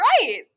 right